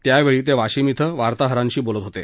त्यावेळी ते वाशिम इथं वार्ताहरांशी बोलत होते